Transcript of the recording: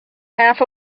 half